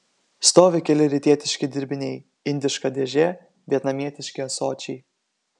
stovi keli rytietiški dirbiniai indiška dėžė vietnamietiški ąsočiai